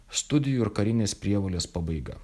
studijų ir karinės prievolės pabaiga